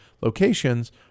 locations